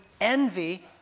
envy